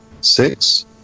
six